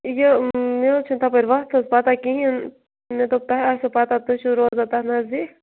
یہِ مےٚ حظ چھِنہٕ تَپٲرۍ وَتھ حظ پَتَہ کِہیٖنۍ مےٚ دوٚپ تۄہہِ آسیو پَتَہ تُہۍ چھُو روزان تَتھ نزدیٖک